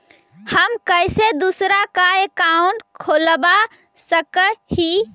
हम कैसे दूसरा का अकाउंट खोलबा सकी ही?